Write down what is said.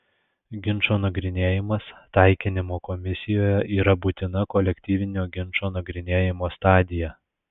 ginčo nagrinėjimas taikinimo komisijoje yra būtina kolektyvinio ginčo nagrinėjimo stadija